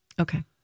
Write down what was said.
Okay